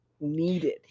needed